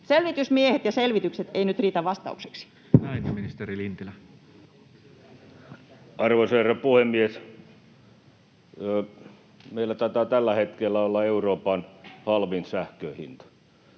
Selvitysmiehet ja selvitykset eivät nyt riitä vastaukseksi. Näin. — Ja ministeri Lintilä. Arvoisa herra puhemies! Meillä taitaa tällä hetkellä olla Euroopan halvin sähkön hinta.